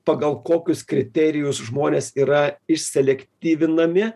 pagal kokius kriterijus žmonės yra išselektyvinami